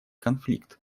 конфликт